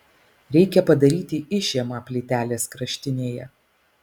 reikia padaryti išėmą plytelės kraštinėje